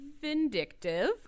vindictive